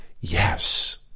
Yes